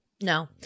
No